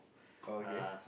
okay